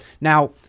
Now